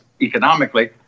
economically